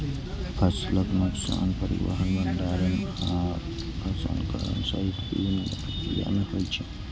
फसलक नुकसान परिवहन, भंंडारण आ प्रसंस्करण सहित विभिन्न प्रक्रिया मे होइ छै